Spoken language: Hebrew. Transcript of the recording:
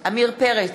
עמיר פרץ,